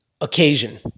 occasion